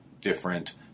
different